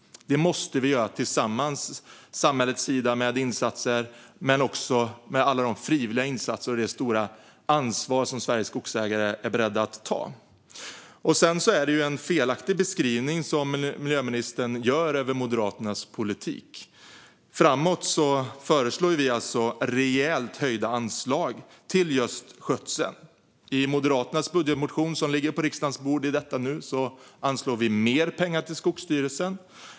Det måste vi göra tillsammans, med insatser från samhällets sida men också med alla frivilliga insatser från Sveriges skogsägare och det stora ansvar som de är beredda att ta. Sedan är det en felaktig beskrivning som miljöministern gör av Moderaternas politik. Framåt föreslår vi rejält höjda anslag till skötsel. I Moderaternas budgetmotion, som ligger på riksdagens bord i detta nu, anslår vi mer pengar till Skogsstyrelsen.